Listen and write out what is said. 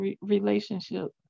relationship